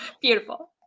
Beautiful